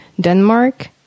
Denmark